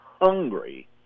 hungry